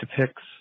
depicts